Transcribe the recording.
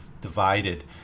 divided